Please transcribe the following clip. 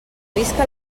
visca